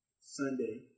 Sunday